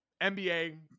NBA